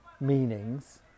meanings